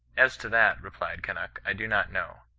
as to that replied kunnuk, i do not know.